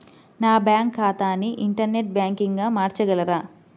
నా బ్యాంక్ ఖాతాని ఇంటర్నెట్ బ్యాంకింగ్గా మార్చగలరా?